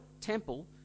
temple